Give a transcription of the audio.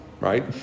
right